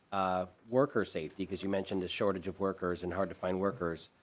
ah worker safety because you mentioned a shortage of workers in hard to find workers.